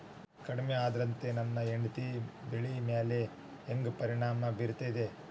ಕಡಮಿ ಆದ್ರತೆ ನನ್ನ ಹತ್ತಿ ಬೆಳಿ ಮ್ಯಾಲ್ ಹೆಂಗ್ ಪರಿಣಾಮ ಬಿರತೇತಿ?